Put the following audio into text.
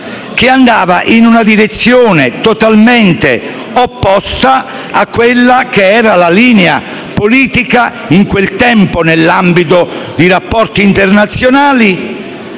che andava in una direzione totalmente opposta e contraria alla linea politica di Nenni di quel tempo, nell'ambito dei rapporti internazionali.